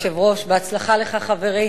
בהצלחה לך, חברי